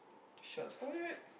shots fired